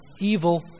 evil